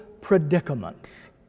predicaments